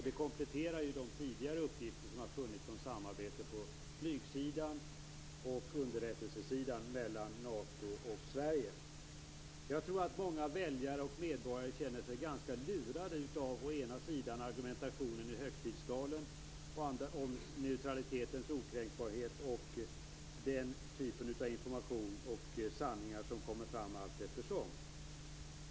Detta kompletterar de tidigare uppgifter som har funnits inte minst om samarbete på flygsidan och underrättelsesidan mellan Jag tror att många väljare och medborgare känner sig ganska lurade av å ena sidan argumentationen i högtidstalen om neutralitetens okränkbarhet och å andra sidan den typ av information och sanningar som kommer fram allteftersom.